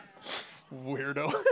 Weirdo